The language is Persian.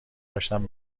داشتم